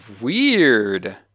weird